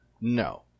No